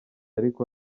ariko